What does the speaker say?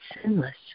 sinless